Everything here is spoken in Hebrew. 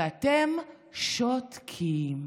ואתם שותקים.